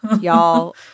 Y'all